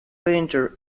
painter